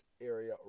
area